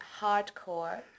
hardcore